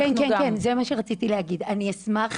אני נשמח